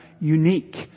unique